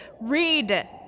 Read